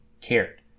cared